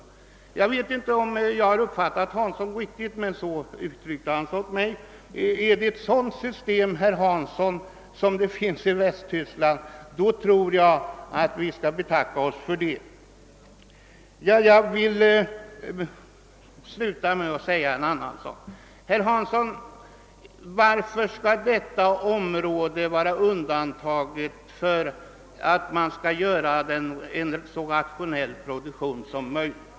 Jag vet inte om jag har uppfattat herr Hansson riktigt, men han uttryckte sig på det sättet. Om det är ett sådant system som finns i Västtyskland får vi nog betacka oss för detta. Jag vill sluta med att ställa en annan fråga till herr Hansson. Varför skall detta område vara undantaget från kravet på en så rationell produktion som möjligt?